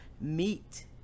Meat